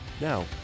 Now